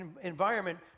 environment